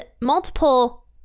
multiple